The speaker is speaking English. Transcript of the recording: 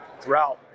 throughout